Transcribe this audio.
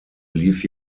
lief